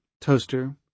toaster